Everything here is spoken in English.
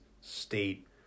state